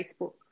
Facebook